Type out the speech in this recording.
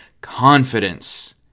confidence